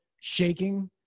shaking